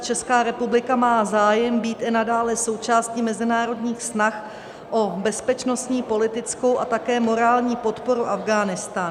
Česká republika má zájem být i nadále součástí mezinárodních snah o bezpečnostní, politickou a také morální podporu Afghánistánu.